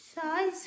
size